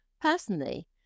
Personally